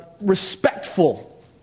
respectful